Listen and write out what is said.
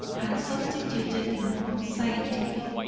and substituted the more scientific,